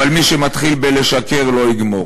אבל מי שמתחיל בלשקר, לא יגמור.